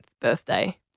birthday